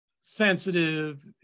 sensitive